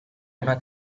una